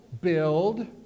build